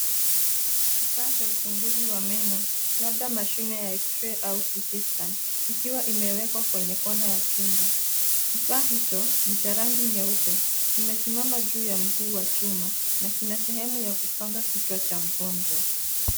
Kifaa cha uchunguzi wa meno labda mashine ya [cs[x-ray au city scan ikiwa imewekwa kwenye kona ya chumba. Kifaa hicho ni cha rangi nyeupe. Kimesimama juu ya mguu wa chuma na kina sehemu ya kupanga kichwa chwa mgonjwa.